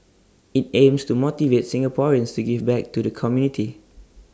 IT aims to motivate Singaporeans to give back to the community